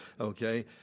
okay